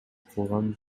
кылган